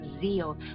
zeal